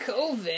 covid